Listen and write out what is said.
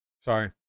Sorry